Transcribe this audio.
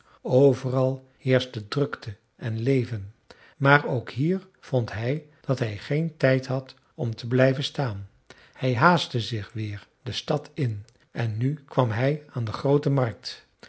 overal heerschte drukte en leven maar ook hier vond hij dat hij geen tijd had om te blijven staan hij haastte zich weer de stad in en nu kwam hij aan de groote markt